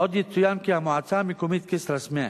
עוד יצוין כי המועצה המקומית כסרא-סמיע